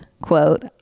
quote